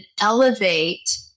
elevate